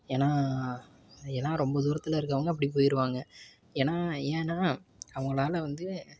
ஏன்னால் ஏன்னால் ரொம்ப தூரத்தில் இருக்கிறவங்க அப்படி போயிடுவாங்க ஏன்னால் ஏன்னால் அவங்களால வந்து